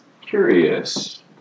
curious